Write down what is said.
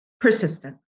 Persistent